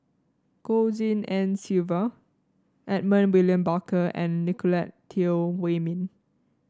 Goh Tshin En Sylvia Edmund William Barker and Nicolette Teo Wei Min